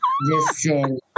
Listen